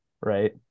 right